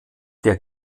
der